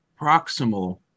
proximal